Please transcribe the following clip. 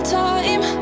time